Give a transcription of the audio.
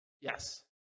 Yes